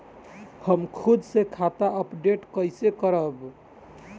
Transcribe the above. हम खुद से खाता अपडेट कइसे करब?